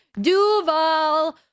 Duval